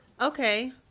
Okay